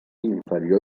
inferior